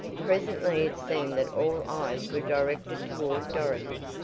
presently it seemed that all eyes were directed toward dorothy.